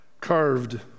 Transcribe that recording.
carved